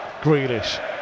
Grealish